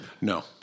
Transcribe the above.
No